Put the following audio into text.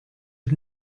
had